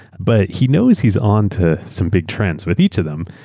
but he knows he's onto some big trends with each of them,